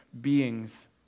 beings